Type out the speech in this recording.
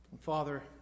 Father